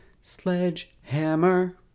sledgehammer